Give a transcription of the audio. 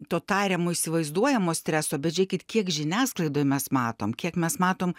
to tariamo įsivaizduojamo streso bet žiūrėkit kiek žiniasklaidoj mes matom kiek mes matom